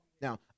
Now